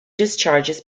discharges